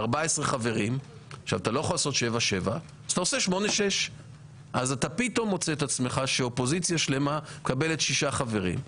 יש 14 חברים ואתה לא יכול לעשות 7-7 אז אתה עושה 8-6. אתה פתאום מוצא את עצמך שאופוזיציה שלמה מקבלת 6 חברים.